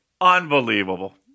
Unbelievable